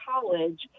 college